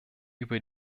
über